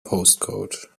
postcode